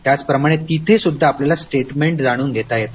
त्याप्रामाणे तिथं सुद्धा आपल्याला स्टेटमेंज जाणून घेता येत